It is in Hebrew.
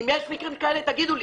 ואם יש מקרים כאלה, תגידו לי.